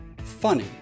funny